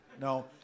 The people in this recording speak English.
No